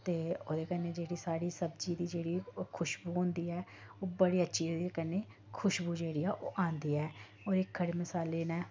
ते ओह्दे कन्नै जेह्ड़ी साढ़ी सब्जी दी जेह्ड़ी ओह् खुश्बु होंदी ऐ ओह् बड़ी अच्छी कन्नै खुश्बु जेह्ड़ी ऐ ओह् आंदी ऐ ओह् खड़े मसाले न